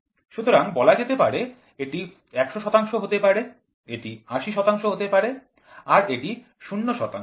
সুতরাং বলা যেতে পারে এটি ১০০ শতাংশ হতে পারে এটি ৮০ শতাংশ হতে পারে আর এটি ০ শতাংশ